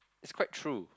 it's quite true